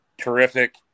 terrific